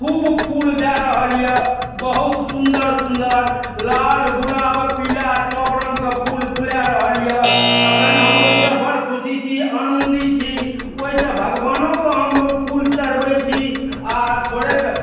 खूब फूल दए रहल यऽ बहुत सुन्दर सुन्दर लाल गुलाब पीला सभ रङ्गके फूल फुला रहल यऽ एखन हम ओइसँ बड़ खुशी छी आनन्दी छी ओइसँ भगवानोके हम फूल चढ़बै छी आओर थोड़ेक